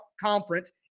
conference